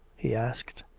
he asked.